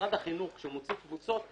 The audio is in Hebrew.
כשמשרד החינוך מוציא קבוצות,